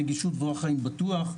נגישות ואורח חיים בטוח,